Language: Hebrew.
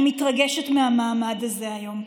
אני מתרגשת מהמעמד הזה היום,